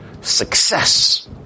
success